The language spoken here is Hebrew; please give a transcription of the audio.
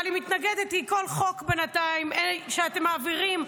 אבל אני מתנגדת בינתיים לכל חוק שאתם מעבירים.